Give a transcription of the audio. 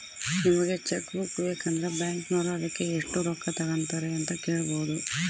ನಿಮಗೆ cheque book ಬೇಕಂದ್ರ ಬ್ಯಾಕಿನೋರು ಅದಕ್ಕೆ ಎಷ್ಟು ರೊಕ್ಕ ತಂಗತಾರೆ ಅಂತ ಕೇಳಬೊದು